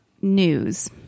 News